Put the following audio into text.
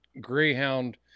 greyhound